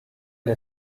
der